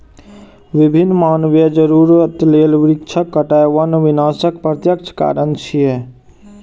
विभिन्न मानवीय जरूरत लेल वृक्षक कटाइ वन विनाशक प्रत्यक्ष कारण छियै